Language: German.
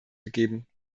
gegeben